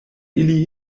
ili